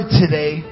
today